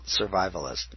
survivalist